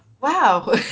wow